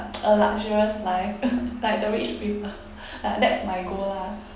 a luxurious life like the rich people ah that's my goal lah